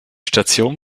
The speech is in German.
station